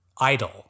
idle